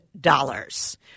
dollars